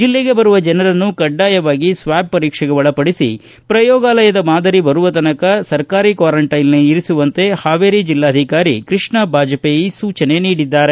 ಜಿಲ್ಲೆಗೆ ಬರುವ ಜನರನ್ನು ಕಡ್ಡಾಯವಾಗಿ ಸ್ವಾಚ್ ಪರೀಕ್ಷೆಗೆ ಒಳಪಡಿಸಿ ಪ್ರಯೋಗಾಲಯದ ಮಾದರಿ ಬರುವ ತನಕ ಸರ್ಕಾರಿ ಕ್ವಾರಂಟೈನ್ನಲ್ಲಿ ಇರಿಸುವಂತೆ ಹಾವೇರಿ ಜಿಲ್ಲಾಧಿಕಾರಿ ಕೃಷ್ಣ ಬಾಜಪೇಯಿ ಸೂಚನೆ ನೀಡಿದ್ದಾರೆ